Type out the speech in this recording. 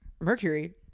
Mercury